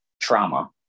trauma